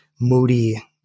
moody